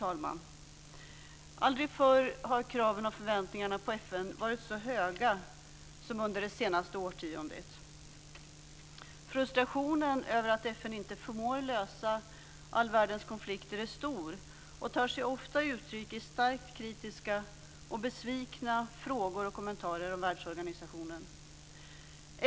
Aldrig förr har kraven och förväntningarna på FN varit så höga som under det senaste årtiondet. Frustrationen över att FN inte förmår lösa all världens konflikter är stor och tar sig ofta uttryck i starkt kritiska och besvikna frågor och kommentarer om världsorganisationen.